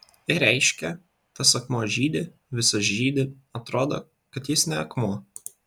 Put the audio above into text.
ir reiškia tas akmuo žydi visas žydi atrodo kad jis ne akmuo